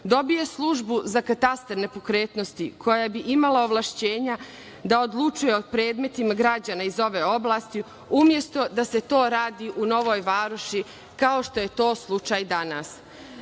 dobije službu za katastar nepokretnosti koja bi imala ovlašćenja da odlučuje o predmetima građana iz ove oblasti, umesto da se to radi u Novoj Varoši, kao što je to slučaj danas?